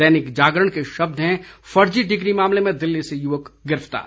दैनिक जागरण के शब्द हैं फर्जी डिग्री मामले में दिल्ली से युवक गिरफतार